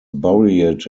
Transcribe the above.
buried